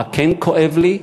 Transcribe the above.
מה כן כואב לי?